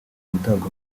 gutabwa